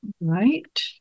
right